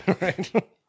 Right